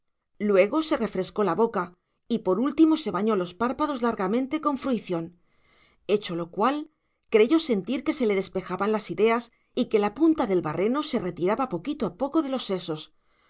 luego se refrescó la boca y por último se bañó los párpados largamente con fruición hecho lo cual creyó sentir que se le despejaban las ideas y que la punta del barreno se retiraba poquito a poco de los sesos